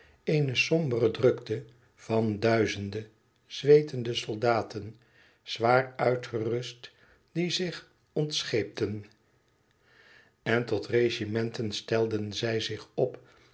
eene sombere drukte van duizende zwetende soldaten zwaar uitgerust die zich ontscheepten en tot regimenten stelden zij zich op